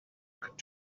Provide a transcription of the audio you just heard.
could